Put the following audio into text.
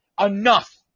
Enough